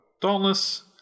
Dauntless